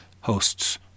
Hosts